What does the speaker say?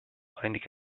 oraindik